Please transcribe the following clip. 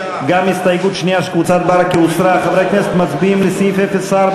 ההסתייגות של קבוצת חבר הכנסת מוחמד ברכה לסעיף 04,